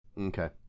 Okay